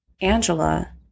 Angela